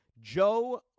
Joe